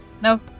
No